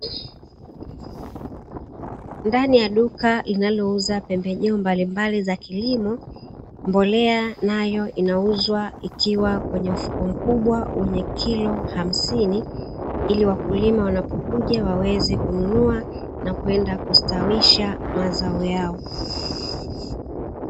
Ndani ya duka linalouza pembejeo mbalimbali za kilimo, mbolea nayo inauzwa ikiwa kwenye mfuko mkubwa wenye kilo hamsini, ili wakulima wanapokuja waweze kununua na kwenda kustawisha mazao yao.